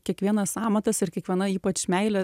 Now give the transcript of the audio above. kiekvienas amatas ir kiekviena ypač meilė